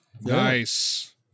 Nice